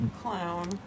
clown